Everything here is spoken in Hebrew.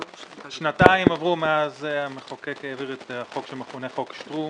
שנתיים עברו מאז המחוקק העביר את החוק שמכונה "חוק שטרום",